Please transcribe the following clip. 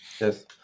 Yes